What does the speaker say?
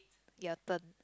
your turn